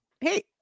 hey